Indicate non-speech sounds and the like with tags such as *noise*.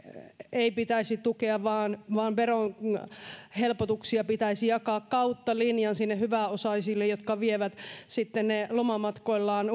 ei pitäisi tukea vaan vaan veronhelpotuksia pitäisi jakaa kautta linjan sinne hyväosaisille jotka vievät sitten ne lomamatkoillaan *unintelligible*